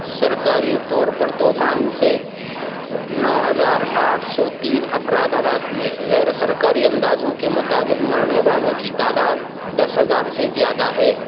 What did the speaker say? سرکاری طور پر طوفان سے نو ہزار آٹھ سو تین افراد ہلاک ہوئے غیرسرکاری اندازوں کے مطابق مرنے والوں کی تعداد دس ہزار سے زیادہ ہے